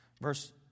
Verse